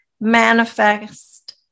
manifest